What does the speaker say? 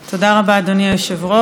תודה רבה, אדוני היושב-ראש.